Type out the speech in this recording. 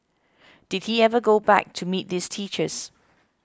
did he ever go back to meet those teachers